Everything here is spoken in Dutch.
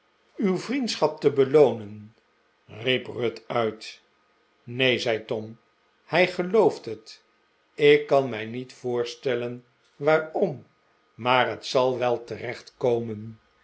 uw vriendschap te beloonen riep ruth uit neen zei tom hij gelooft het ik kan mij niet voorstellen waarom maar het zal wel